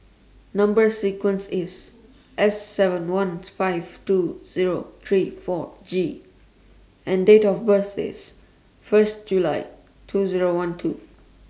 Number sequence IS S seven one five two Zero three four G and Date of birth IS firs July two Zero one two